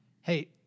Hey